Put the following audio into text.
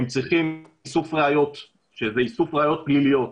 הם צריכים איסוף ראיות וזה איסוף ראיות פליליות,